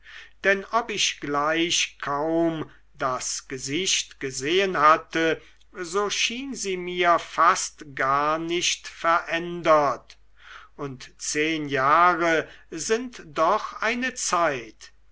denn ob ich gleich kaum das gesicht gesehen hatte so schien sie mir fast gar nicht verändert und zehn jahre sind doch eine zeit